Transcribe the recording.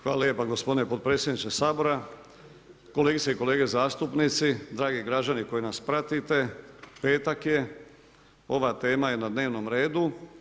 Hvala lijepa gospodine potpredsjedniče Sabora, kolegice i kolege zastupnici, dragi građani koji nas pratite, petak je, ova tema je na dnevnom redu.